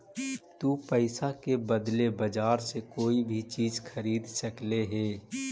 तु पईसा के बदले बजार से कोई भी चीज खरीद सकले हें